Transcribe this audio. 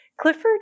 Clifford